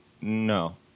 no